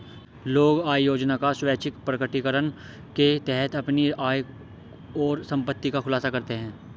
लोग आय योजना का स्वैच्छिक प्रकटीकरण के तहत अपनी आय और संपत्ति का खुलासा करते है